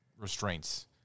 Restraints